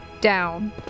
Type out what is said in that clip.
down